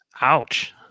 Ouch